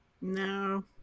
No